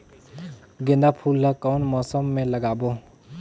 गेंदा फूल ल कौन मौसम मे लगाबो?